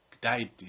died